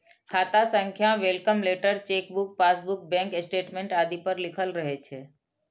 खाता संख्या welcome letter, chequebook, passbook, bank statement आदि पर लिखल रहै छै